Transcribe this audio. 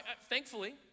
thankfully